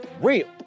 real